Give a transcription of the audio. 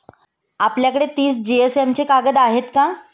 आपल्याकडे तीस जीएसएम चे कागद आहेत का?